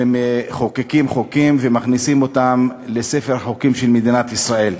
מחוקקים חוקים ומכניסים אותם לספר החוקים של מדינת ישראל.